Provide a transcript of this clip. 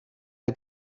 der